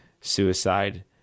suicide